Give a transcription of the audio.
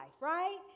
right